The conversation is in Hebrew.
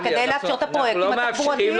כדי לאפשר את הפרויקטים התחבורתיים - עובדתית.